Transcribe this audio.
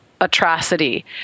atrocity